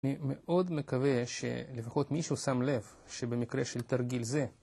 אני מאוד מקווה שלפחות מישהו שם לב שבמקרה של תרגיל זה